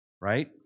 right